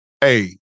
Hey